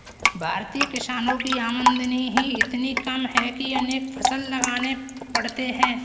भारतीय किसानों की आमदनी ही इतनी कम है कि अनेक फसल लगाने पड़ते हैं